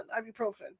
ibuprofen